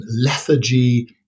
lethargy